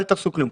אל תעשו כלום,